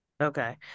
Okay